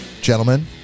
Gentlemen